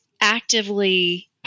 actively